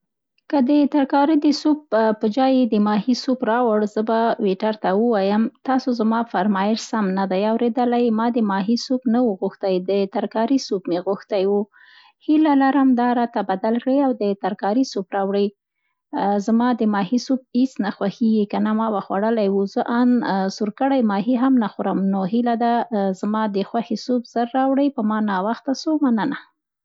که د ترکاري د سوپ په جای یې د ماهي سوپ راوړ، زه به ویټر ته ووایم: تاسو زما فرمایش سم نه دی اورېدلی، ما د ماهي سوپ نه و غوښتنی، د ترکاري سوپ مې غوښتی و، هیله لرم دا راته بدل کړی او د ترکاري سوپ راوړی. زما د ماهي سوپ هېڅ نه خوښېږي، کنه ما به خوړلی و، زه ان سور کړی ماهي هم نه خورم نو، هیله ده، دي ما د خوښې سوپ زر راوړې، په ما ناوخته سو. مننه